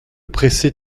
presser